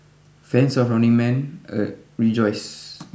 fans of Running Man uh rejoice